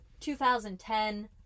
2010